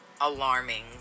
alarming